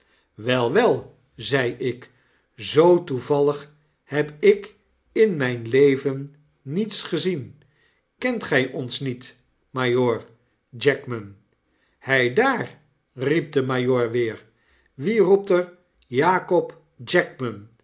wel wel zei ik zoo toevallig heb ik in myn leven niets gezien kent gg ons niet majoor jackman heidaar riep de majoor weer wieroept er jakob jackman